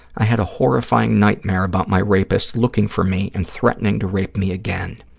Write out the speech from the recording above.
i had a horrifying nightmare about my rapist looking for me and threatening to rape me again.